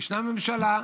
ישנה ממשלה,